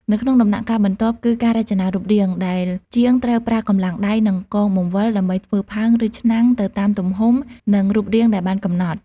នៅក្នុងដំណាក់កាលបន្ទាប់គឺ ការរចនារូបរាង ដែលជាងត្រូវប្រើកម្លាំងដៃ និងកង់រង្វិលដើម្បីធ្វើផើង ឬឆ្នាំងទៅតាមទំហំ និងរូបរាងដែលបានកំណត់។